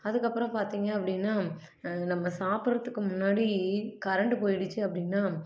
அதுக்கப்புறம் பார்த்திங்க அப்படின்னா நம்ம சாப்பிட்றத்துக்கு முன்னாடி கரண்டு போய்டுச்சு அப்படின்னா